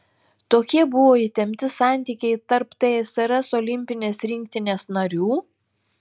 tokie buvo įtempti santykiai tarp tsrs olimpinės rinktinės narių